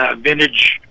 vintage